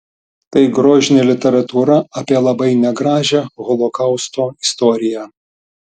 tai grožinė literatūra apie labai negražią holokausto istoriją